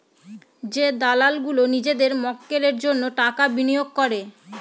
যে দালাল গুলো নিজেদের মক্কেলের জন্য টাকা বিনিয়োগ করে